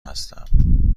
هستم